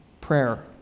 prayer